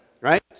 Right